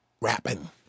rapping